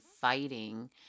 fighting